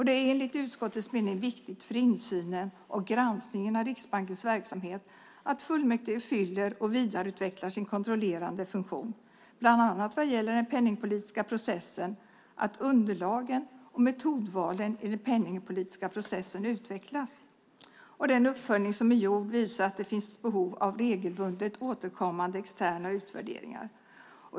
Det är enligt utskottets mening viktigt för insynen och granskningen av Riksbankens verksamhet att fullmäktige fyller och vidareutvecklar sin kontrollerande funktion, bland annat vad gäller den penningpolitiska processen, att underlagen och metodvalen i den penningpolitiska processen utvecklas. Den uppföljning som är gjord visar att det finns behov av regelbundet återkommande externa utvärderingar.